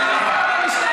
תודה רבה.